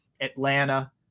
Atlanta